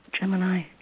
Gemini